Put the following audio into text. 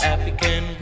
African